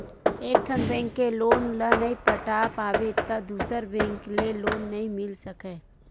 एकठन बेंक के लोन ल नइ पटा पाबे त दूसर बेंक ले लोन नइ मिल सकय